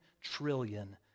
trillion